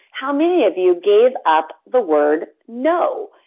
how many of you gave up the word no?